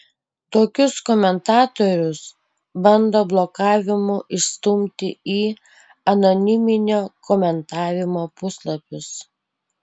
tokius komentatorius bando blokavimu išstumti į anoniminio komentavimo puslapius